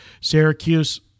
Syracuse